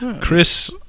Chris